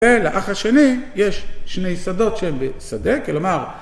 ולאח השני, יש שני שדות שהן בשדה, כלומר